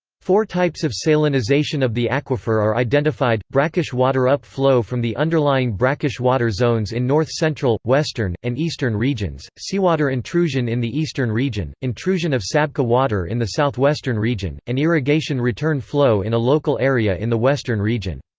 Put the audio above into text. four types of salinisation of the aquifer are identified brackish-water up-flow from the underlying brackish-water zones in north-central, western, and eastern regions seawater intrusion in the eastern region intrusion of sabkha water in the southwestern region and irrigation return flow in a local area in the western region.